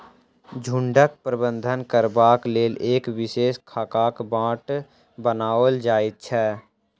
झुंडक प्रबंधन करबाक लेल एक विशेष खाकाक बाट बनाओल जाइत छै